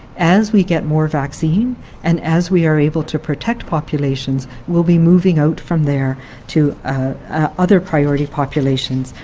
as we get more vaccine and as we are able to protect populations, we'll be moving out from there to other priority populations,